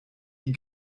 die